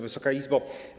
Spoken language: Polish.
Wysoka Izbo!